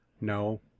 No